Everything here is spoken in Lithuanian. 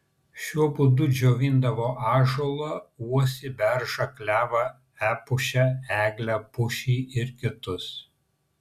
šiuo būdu džiovindavo ąžuolą uosį beržą klevą epušę eglę pušį ir kitus